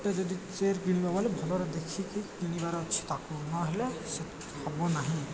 ଗୋଟେ ଯଦି ଚେୟାର୍ କିଣିବା ଗ ଭଲରେ ଦେଖିକି କିଣିବାର ଅଛି ତାକୁ ନହେଲେ ସେ ହେବ ନାହିଁ